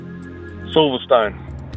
Silverstone